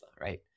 right